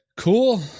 Cool